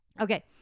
Okay